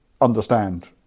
understand